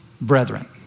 brethren